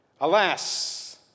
Alas